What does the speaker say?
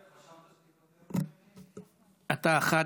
אתה רואה?